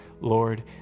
Lord